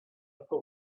upper